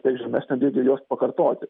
kiek žemesnio lygio juos pakartoti